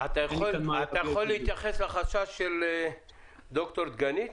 אתה יכול להתייחס לחשש של ד"ר דגנית?